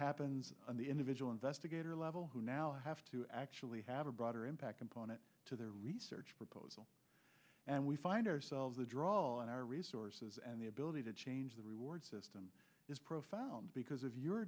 happens on the individual investigator level who now have to actually have a broader impact component to their research proposal and we find ourselves a draw when our resources and the ability to change the reward system is profiled because of your